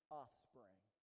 offspring